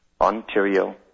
Ontario